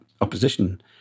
opposition